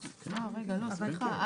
לא, רגע, סליחה.